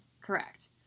Correct